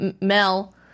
Mel